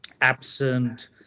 absent